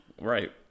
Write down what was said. right